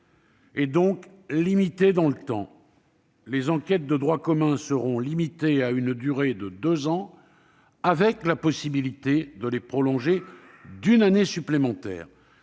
et, donc, limitée dans le temps : les enquêtes de droit commun seront limitées à deux ans, avec la possibilité de les prolonger d'une année supplémentaire.